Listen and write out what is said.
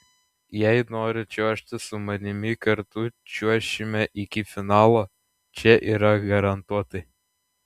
jei nori čiuožti su manimi kartu čiuošime iki finalo čia yra garantuotai